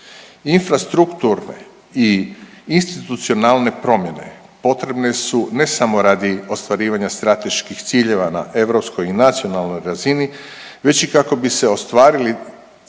Infrastrukturne i institucionalne promjene potrebne su ne samo radi ostvarivanja strateških ciljeva na europskoj i nacionalnoj razini već i kako bi se ostvarili temelji